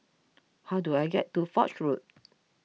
how do I get to Foch Road